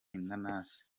inanasi